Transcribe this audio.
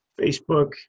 Facebook